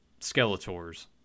Skeletors